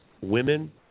women